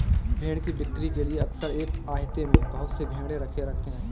भेंड़ की बिक्री के लिए अक्सर एक आहते में बहुत से भेंड़ रखे रहते हैं